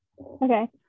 Okay